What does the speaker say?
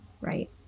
right